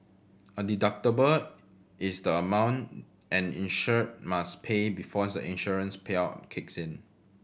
a deductible is the amount an insured must pay before the insurance payout kicks in